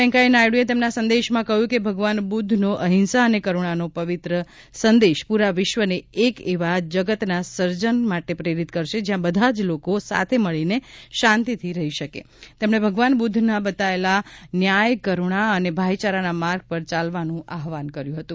વેકૈયા નાયડુએ તેમના સંદેશમાં કહ્યું કે ભગવાન બુદ્ધનો અહિંસા અને કરૂણાનો પવિત્ર સંદેશ પૂરા વિશ્વને એક એવા જગતના સર્જન માટે પ્રેરિત કરશે જ્યાં બધા જ લોકો સાથે મળીને શાંતિથી રહી શકે તેમણે ભગવાન બુદ્ધના બતાવેલા ન્યાય કરૂણા અને ભાઈચારાના માર્ગ પર ચાલવાનું આહ્વાન કર્યું હતું